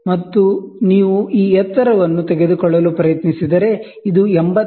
ಮತ್ತು ನೀವು ಈ ಎತ್ತರವನ್ನು ತೆಗೆದುಕೊಳ್ಳಲು ಪ್ರಯತ್ನಿಸಿದರೆ ಇದು 86